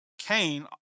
Cain